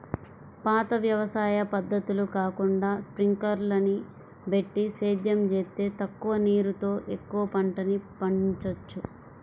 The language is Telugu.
పాత వ్యవసాయ పద్ధతులు కాకుండా స్పింకర్లని బెట్టి సేద్యం జేత్తే తక్కువ నీరుతో ఎక్కువ పంటని పండిచ్చొచ్చు